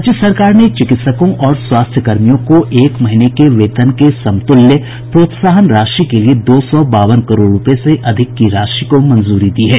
राज्य सरकार ने चिकित्सकों और स्वास्थ्य कर्मियों को एक महीने के वेतन के समतुल्य प्रोत्साहन राशि के लिये दो सौ बावन करोड़ रूपये से अधिक की राशि को मंजूरी दी है